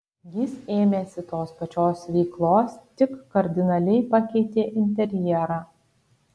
jis ėmėsi tos pačios veiklos tik kardinaliai pakeitė interjerą